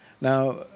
Now